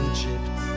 Egypt